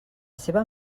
seva